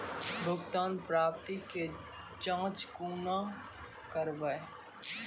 भुगतान प्राप्ति के जाँच कूना करवै?